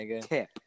tip